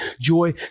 joy